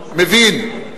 מבין,